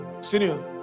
senior